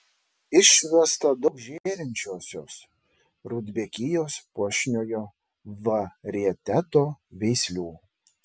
išvesta daug žėrinčiosios rudbekijos puošniojo varieteto veislių